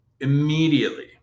immediately